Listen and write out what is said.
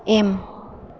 M